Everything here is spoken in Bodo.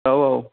औ औ